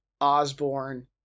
Osborne